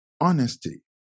honesty